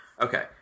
Okay